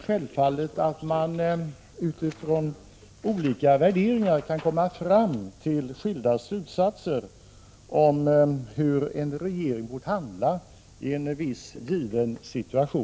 Självfallet kan man utifrån olika värderingar komma fram till skilda slutsatser om hur en regering bort handla i en viss given situation.